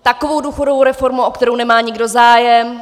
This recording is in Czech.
Takovou důchodovou reformu, o kterou nemá zájem.